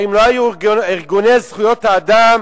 האם לא היו ארגוני זכויות האדם